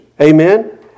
amen